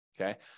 Okay